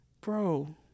Bro